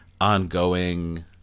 ongoing